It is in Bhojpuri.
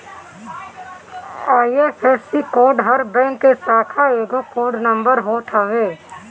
आई.एफ.एस.सी कोड हर बैंक के शाखा के एगो कोड नंबर होत हवे